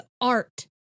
art